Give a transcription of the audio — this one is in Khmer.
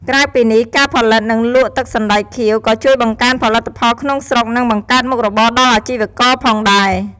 ក្រៅពីនេះ ការផលិត និងលក់ទឹកសណ្ដែកខៀវ ក៏ជួយបង្កើនផលិតផលក្នុងស្រុក និងបង្កើតមុខរបរដល់អាជីវករផងដែរ។